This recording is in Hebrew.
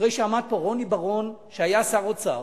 אחרי שעמד פה רוני בר-און שהיה שר אוצר